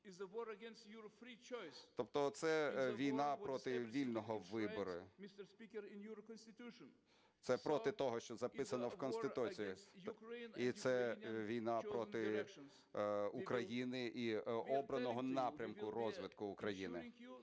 Тобто це війна проти вільного вибору, це проти того, що записано в Конституції. І це війна проти України і обраного напрямку розвитку України.